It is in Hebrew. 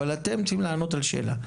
אבל אתם צריכים לענות על השאלה.